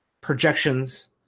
projections